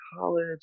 college